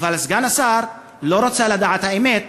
אבל סגן השר לא רצה לדעת את האמת,